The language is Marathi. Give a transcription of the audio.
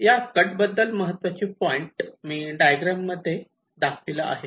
या कट बद्दल महत्त्वाचे पॉईंट मी डायग्रॅम मध्ये हे दाखविला आहे